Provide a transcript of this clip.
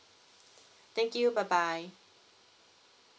thank you bye bye